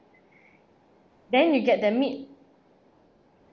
then you get that meat